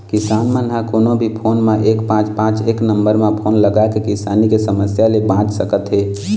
किसान मन ह कोनो भी फोन म एक पाँच पाँच एक नंबर म फोन लगाके किसानी के समस्या ले बाँच सकत हे